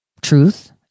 Truth